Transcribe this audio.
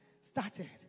started